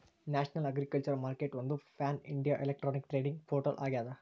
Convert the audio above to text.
national agriculture ಮಾರ್ಕೆಟ್ಒಂದು pan India electronic trading portal ಆಗ್ಯದ